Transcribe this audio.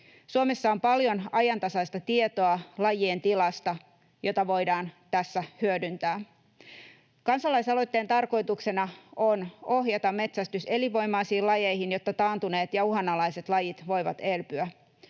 tilasta paljon ajantasaista tietoa, jota voidaan tässä hyödyntää. Kansalaisaloitteen tarkoituksena on ohjata metsästys elinvoimaisiin lajeihin, jotta taantuneet ja uhanalaiset lajit voivat elpyä.